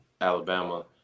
Alabama